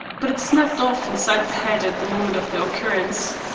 but it snapped off inside the head at the moment of the occurrence.